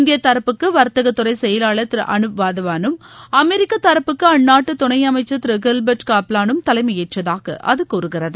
இந்திய தரப்புக்கு வர்த்தக துறை செயலாளர் திரு அனுப் வாதவானும் அமெரிக்க தரப்புக்கு அந்நாட்டு துணை அமைச்சர் திரு கில்பர்ட் காப்லானும் தலைமையேற்றதாக அது கூறுகிறது